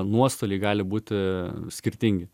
nuostoliai gali būti skirtingi